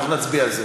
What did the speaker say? אנחנו נצביע על זה.